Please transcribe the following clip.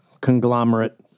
conglomerate